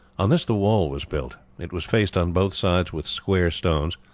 on this the wall was built. it was faced on both sides with square stones,